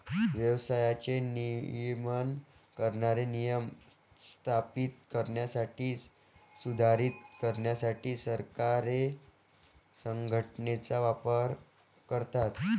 व्यवसायाचे नियमन करणारे नियम स्थापित करण्यासाठी, सुधारित करण्यासाठी सरकारे संघटनेचा वापर करतात